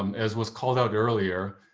um as was called out earlier,